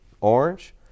orange